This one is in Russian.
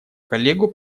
коллегу